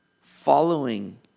following